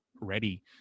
ready